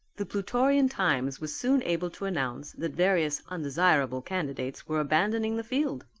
the plutorian times was soon able to announce that various undesirable candidates were abandoning the field.